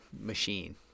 machine